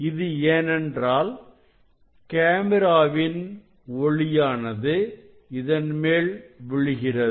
இது ஏனென்றால் கேமிராவின் ஒளியானது இதன் மேல் விழுகிறது